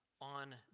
on